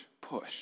push